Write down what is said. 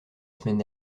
semaine